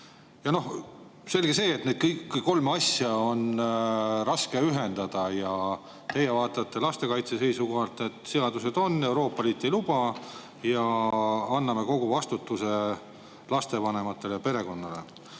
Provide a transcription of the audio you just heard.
Noh, selge see, et kõike kolme on raske ühendada. Teie vaatate lastekaitse seisukohalt, et seadused on, Euroopa Liit ei luba ning anname kogu vastutuse lapsevanemale ja perekonnale.